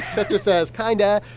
chester says kind of.